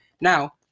Now